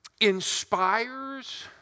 inspires